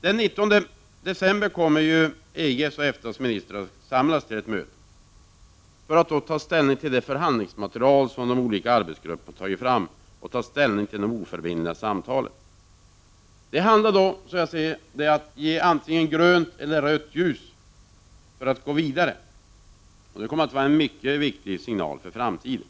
Den 19 december kommer ju EG:s och EFTA:s ministrar att samlas till ett möte för att ta ställning till det förhandlingsmaterial som de olika arbetsgrupperna har tagit fram och för att ta ställning till de oförbindliga samtalen. Det handlar då, som jag ser saken, om att signalera antingen grönt eller rött ljus för arbetet med att gå vidare med dessa frågor. Det kommer att vara en mycket viktig signal för framtiden.